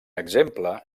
exemple